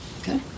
Okay